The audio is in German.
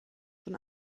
von